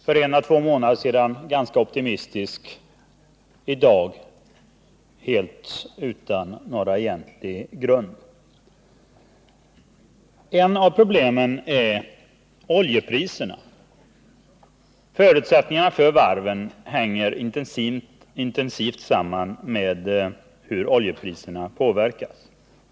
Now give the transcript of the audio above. I dag skulle den vara väldigt svävande; den skulle helt sakna någon egentlig grund. Ett av problemen för varven är oljepriserna. Förutsättningarna för varven hänger intensivt samman med hur oljepriserna påverkas.